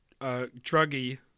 druggy